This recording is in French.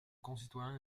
concitoyens